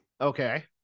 Okay